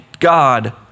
God